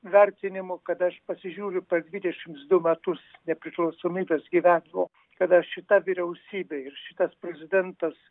vertinimu kada aš pasižiūriu per dvidešims du metus nepriklausomybės gyvenimo kada šita vyriausybė ir šitas prezidentas